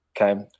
Okay